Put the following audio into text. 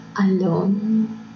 alone